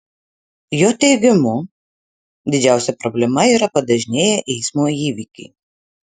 jo teigimu didžiausia problema yra padažnėję eismo įvykiai